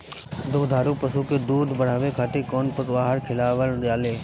दुग्धारू पशु के दुध बढ़ावे खातिर कौन पशु आहार खिलावल जाले?